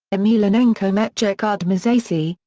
emelianenko met gegard mousasi,